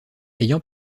ayant